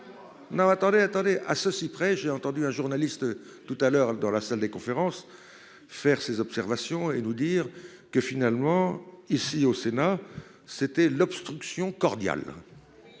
Non attendez, attendez, à ceci près, j'ai entendu un journaliste tout à l'heure dans la salle des conférences. Faire ses observations et nous dire que finalement, ici au Sénat, c'était l'obstruction cordial.